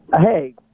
Hey